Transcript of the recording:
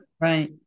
right